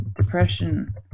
depression